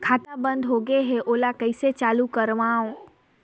खाता बन्द होगे है ओला कइसे चालू करवाओ?